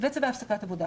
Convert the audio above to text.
וצווי הפסקת עבודה